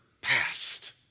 past